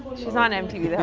she's on mtv the